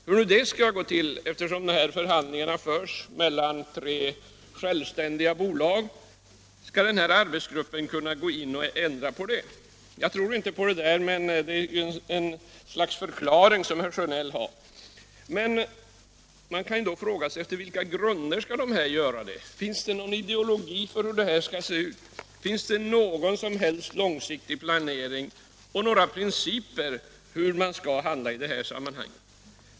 Hur skall nu det gå till när förhandlingarna förs mellan tre självständiga bolag? Skall arbetsgruppen kunna ändra på det? Jag tror inte på detta — men det är den förklaring som herr Sjönell har. Man kan då fråga sig på vilka grunder arbetsgruppen skall kunna göra det. Finns det här någon ideologi? Finns det någon som helst långsiktig planering och några principer för hur man skall handla i det här sammanhanget?